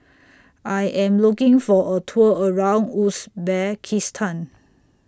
I Am looking For A Tour around Uzbekistan